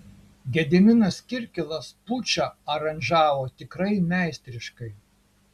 gediminas kirkilas pučą aranžavo tikrai meistriškai